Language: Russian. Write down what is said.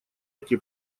эти